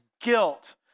guilt